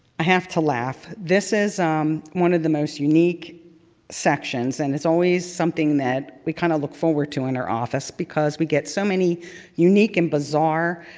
have to laugh. this is um one of the most unique sections, and it's always something that we kind of look forward to in our office because we get so many unique and bizarre